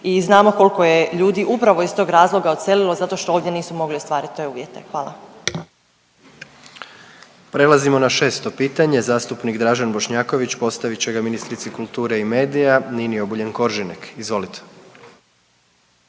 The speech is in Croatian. i znamo kolko je ljudi upravo iz tog razloga odselilo zato što ovdje nisu mogli ostvarit te uvjete. Hvala. **Jandroković, Gordan (HDZ)** Prelazimo na 6. pitanje zastupnik Dražen Bošnjaković postavit će ga ministrici kulture i medija Nini Obuljen Koržinek. Izvolite.